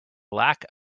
lack